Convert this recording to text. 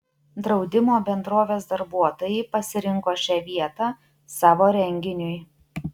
draudimo bendrovės darbuotojai pasirinko šią vietą savo renginiui